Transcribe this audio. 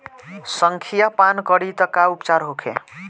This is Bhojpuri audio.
संखिया पान करी त का उपचार होखे?